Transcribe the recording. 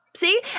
See